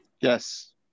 Yes